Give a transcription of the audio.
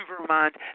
Vermont